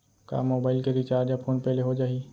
का मोबाइल के recharge PhonePe ले हो जाही?